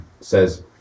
says